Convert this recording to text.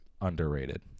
underrated